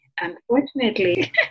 Unfortunately